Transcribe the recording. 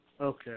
Okay